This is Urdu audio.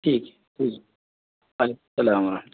ٹھیک ٹھیک وعلیکم السلام ورحمتہ اللہ